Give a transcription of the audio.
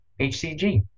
HCG